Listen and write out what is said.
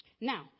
Now